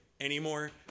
anymore